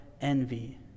envy